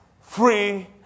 free